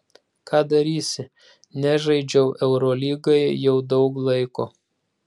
ką darysi nežaidžiau eurolygoje jau daug laiko